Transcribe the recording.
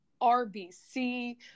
RBC